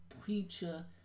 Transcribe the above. preacher